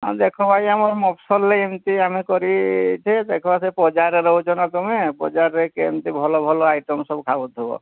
ହଁ ଦେଖ ଭାଇ ଆମର ମଫସଲରେ ଏମିତି ଆମେ କରିଛେ ଦେଖ ସେ ବଜାରରେ ରହୁଛ ନା ତୁମେ ବଜାରରେ କେମିତି ଭଲ ଭଲ ଆଇଟମ୍ ସବୁ ଖାଉଥିବ